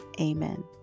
Amen